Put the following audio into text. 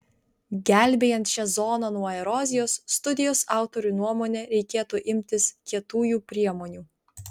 gelbėjant šią zoną nuo erozijos studijos autorių nuomone reikėtų imtis kietųjų priemonių